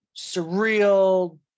surreal